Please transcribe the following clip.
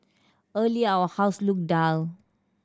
earlier our house looked dull